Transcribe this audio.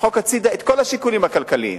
לדחוק הצדה את כל השיקולים הכלכליים